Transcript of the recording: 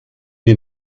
die